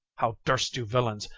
how durst you, villains,